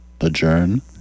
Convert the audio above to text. Adjourn